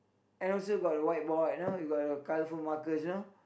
and also got a whiteboard you know and got a colorful markers you know